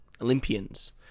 Olympians